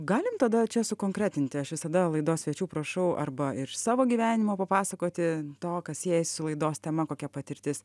galim tada čia sukonkretinti aš visada laidos svečių prašau arba iš savo gyvenimo papasakoti to kas siejas su laidos tema kokia patirtis